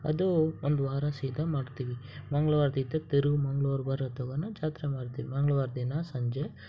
ಅದು ಒಂದು ವಾರ ಸಹಿತ ಮಾಡ್ತೀವಿ ಮಂಗ್ಳ್ವಾರದಿಂದ ತಿರುವ ಮಂಗ್ಳ್ವಾರ ಬರೋ ತಗನು ಜಾತ್ರೆ ಮಾಡ್ತೀವಿ ಮಂಗ್ಳ್ವಾರ ದಿನ ಸಂಜೆ